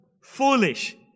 foolish